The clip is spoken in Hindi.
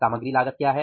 सामग्री लागत क्या है